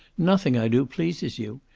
nothing i do pleases you.